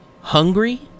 hungry